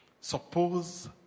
Suppose